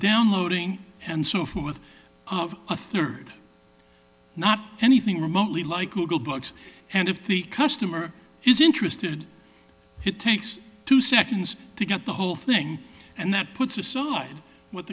downloading and so forth of a third not anything remotely like google books and if the customer is interested it takes two seconds to get the whole thing and that puts a s